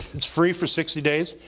it's free for sixty days,